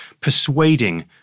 persuading